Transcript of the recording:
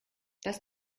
das